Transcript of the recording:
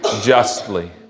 justly